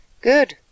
Good